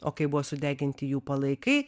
o kai buvo sudeginti jų palaikai